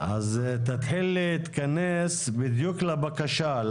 תתחיל להתכנס בדיוק לבקשה,